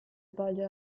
svolge